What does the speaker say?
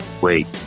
wait